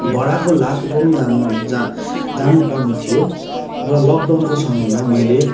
बडाको लास उठाउनु जा जानु पर्ने थियो र लकडाउनको समयमा मैले